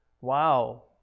wow